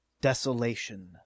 DESOLATION